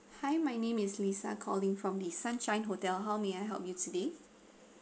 hi my name is lisa calling from the sunshine hotel how may I help you today